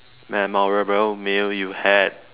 memorable meal you had